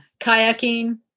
kayaking